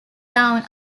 down